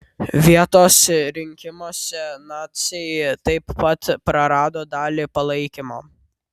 vietos rinkimuose naciai taip pat prarado dalį palaikymo